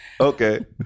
Okay